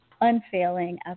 unfailing